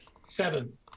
Seven